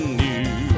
new